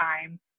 time